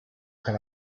can